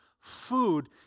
food